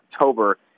October